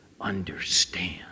understand